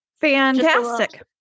Fantastic